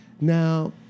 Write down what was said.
now